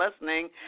listening